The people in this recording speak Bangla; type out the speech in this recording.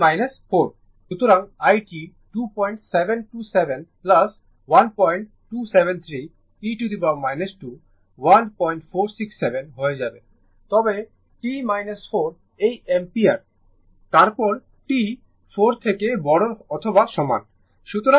সুতরাং i t 2727 1273 e t 1467 হয়ে যাবে তবে t 4 এই অ্যাম্পিয়ার তারপর t 4 থেকে বড় অথবা সমান